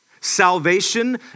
Salvation